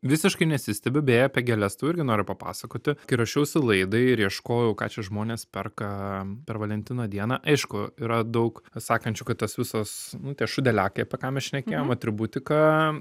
visiškai nesistebiu beje apie gėles tau irgi noriu papasakoti kai ruošiausi laidai ir ieškojau ką čia žmonės perka per valentino dieną aišku yra daug sakančių kad tas visas nu tie šūdeliakai apie ką mes šnekėjom atributika